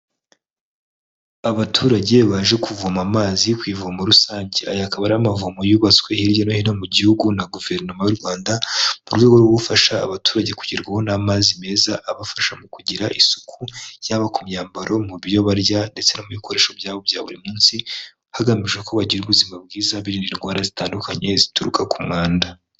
Abaturage baje kuvoma amazi ku ivomo rusange, aya akaba ari amavomo yubatswe hirya no hino mu gihugu na guverinoma y'u Rwanda mu rwego rwo gufasha abaturage kugerwaho n'amazi meza abafasha mu kugira isuku yaba ku myambaro, mu byo barya ndetse no mu ibikoresho byabo bya buri munsi hagamijwe ko bagira ubuzima bwiza birinda indwara zitandukanye zituruka ku mwanda.